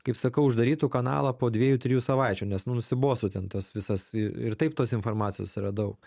kaip sakau uždarytų kanalą po dviejų trijų savaičių nes nusibostu ten tas visas ir taip tos informacijos yra daug